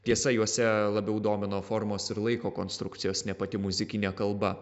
tiesa juose labiau domino formos ir laiko konstrukcijos ne pati muzikinė kalba